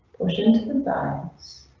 push into the size